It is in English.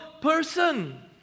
person